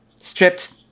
stripped